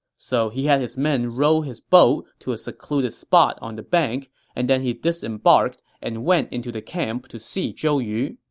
so he had his men row his boat to a secluded spot on the bank and then he disembarked and went into camp to see zhou yu.